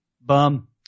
Bum